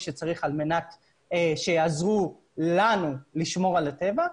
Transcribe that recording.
שצריך על מנת שיעזרו לנו לשמור על הטבע.